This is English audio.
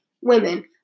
women